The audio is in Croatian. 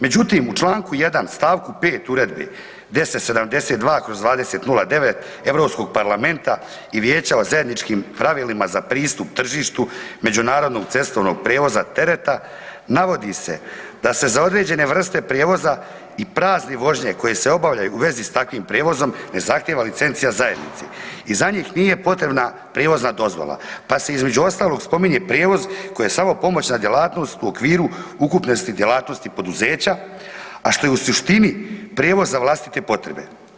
Međutim, u čl. 1. st. 5. Uredbe 1072/2009 Europskog parlamenta i Vijeća o zajedničkim pravilima za pristup tržištu međunarodnog cestovnog prijevoza tereta navodi se da se za određene vrste prijevoza i prazne vožnje koje se obavljaju u vezi s takvim prijevozom ne zahtjeva licencija zajednice i za njih nije potrebna prijevozna dozvola, pa se između ostalog spominje prijevoz koji je samo pomoćna djelatnost u okviru ukupnosti djelatnosti poduzeća, a što je u suštini prijevoz za vlastite potrebe.